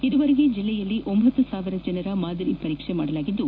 ಈವರೆಗೆ ಜಿಲ್ಲೆಯಲ್ಲಿ ಒಂಬತ್ತು ಸಾವಿರ ಜನರ ಮಾದರಿ ಪರೀಕ್ಷೆ ಮಾಡಲಾಗಿದ್ದು